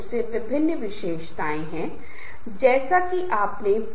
समूह मानदंड बहुत स्वीकार्य मानक या व्यवहार की सीमाएं हैं